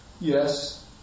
Yes